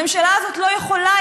הממשלה הזאת לא יכולה,